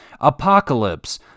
Apocalypse